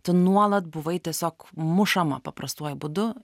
tu nuolat buvai tiesiog mušama paprastuoju būdu